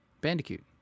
Bandicoot